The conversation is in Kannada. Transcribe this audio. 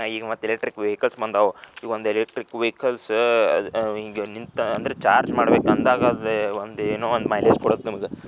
ಈಗ ಮತ್ತು ಎಲೆಕ್ಟ್ರಿಕ್ ವೆಹಿಕಲ್ಸ್ ಬಂದಾವು ಈ ಒಂದು ಎಲೆಕ್ಟ್ರಿಕ್ ವೆಹಿಕಲ್ಸ ಅದು ಹಿಂಗೆ ನಿಂತ ಅಂದ್ರೆ ಚಾರ್ಜ್ ಮಾಡಬೇಕಂದಾಗ ಅದು ಒಂದು ಏನೋ ಒಂದು ಮೈಲೇಜ್ ಕೊಡುತ್ತೆ ನಮ್ಗೆ